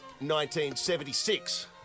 1976